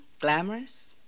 glamorous